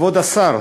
כבוד השר,